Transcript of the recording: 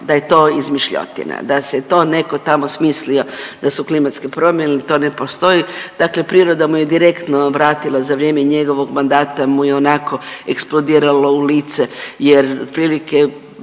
da je to izmišljotina, da si to neko tamo smislio da su klimatske promjene da to ne postoji. Dakle, priroda mu je direktno vratila za vrijeme njegovog mandata mu je onako eksplodiralo u lice jer otprilike